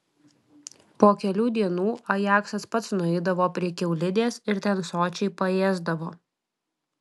po kelių dienų ajaksas pats nueidavo prie kiaulidės ir ten sočiai paėsdavo